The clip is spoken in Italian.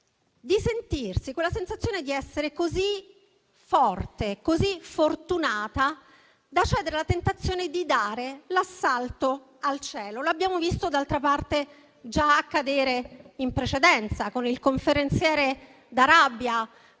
di sentirsi così forti e così fortunati da cedere alla tentazione di dare l'assalto al cielo. Lo abbiamo visto, d'altra parte, già accadere in precedenza, con il conferenziere d'Arabia,